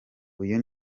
uyu